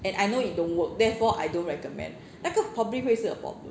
and I know you don't work therefore I don't recommend 那个 probably 会是